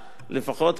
לפחות כפי שהתפרסם,